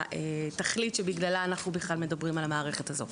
התכלית שבגללה אנחנו בכלל מדברים על המערכת הזו.